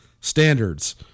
standards